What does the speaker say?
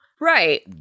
Right